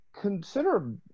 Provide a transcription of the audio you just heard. consider